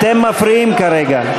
אתם מפריעים כרגע.